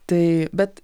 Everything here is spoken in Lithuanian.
tai bet